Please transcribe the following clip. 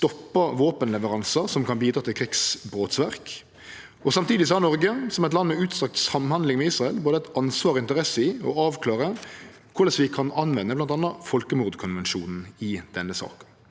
stoppar våpenleveransar som kan bidra til krigsbrotsverk, og samtidig har Noreg, som eit land med omfattande samhandling med Israel, både eit ansvar og for interesse i å avklare korleis vi kan anvende bl.a. folkemordkonvensjonen i denne saka.